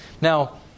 Now